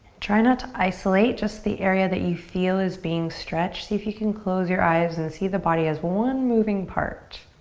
try not to isolate just the area that you feel is being stretched. see if you can close your eyes and see the body as one moving part.